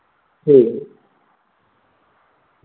ठीक ऐ